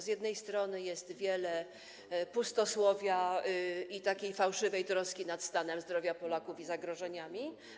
Z jednej strony jest wiele pustosłowia i takiej fałszywej troski o stan zdrowia Polaków i zagrożenia.